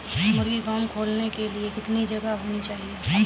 मुर्गी फार्म खोलने के लिए कितनी जगह होनी आवश्यक है?